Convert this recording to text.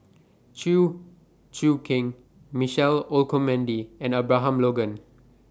Chew Choo Keng Michael Olcomendy and Abraham Logan